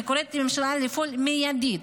אני קוראת לממשלה לפעול מיידית,